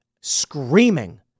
Screaming